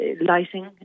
lighting